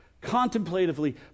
Contemplatively